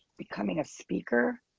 becoming a speaker.